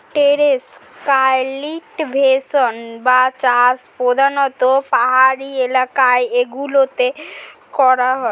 terrace cultivation বা চাষ প্রধানতঃ পাহাড়ি এলাকা গুলোতে করা হয়